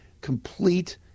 complete